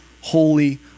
holy